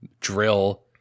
drill